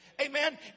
amen